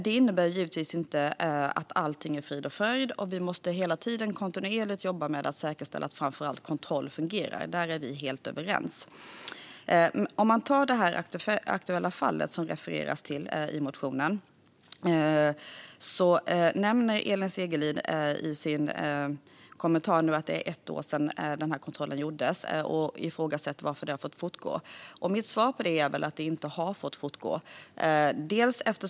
Detta innebär givetvis inte att allt är frid och fröjd. Vi måste kontinuerligt jobba med att säkerställa att framför allt kontrollen fungerar; där är vi helt överens. När det gäller det aktuella fall som det refereras till i interpellationen nämner Elin Segerlind i sitt inlägg att det är ett år sedan kontrollen gjordes och frågar varför detta fått fortgå. Mitt svar är att det inte har fått fortgå.